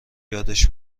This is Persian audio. یادش